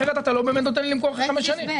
אחרת אתה לא באמת נותן לי למכור אחרי חמש שנים.